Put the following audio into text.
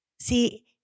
See